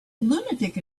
lunatic